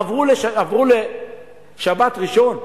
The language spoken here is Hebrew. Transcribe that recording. עברו לשבת-ראשון?